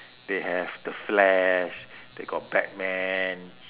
they have the flash they got batman